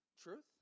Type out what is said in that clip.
Truth